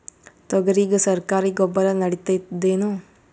ತೊಗರಿಗ ಸರಕಾರಿ ಗೊಬ್ಬರ ನಡಿತೈದೇನು?